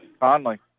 Conley